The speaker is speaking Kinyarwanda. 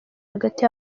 hagati